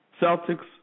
Celtics